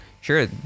sure